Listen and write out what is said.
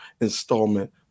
installment